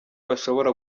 bashobora